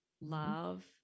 love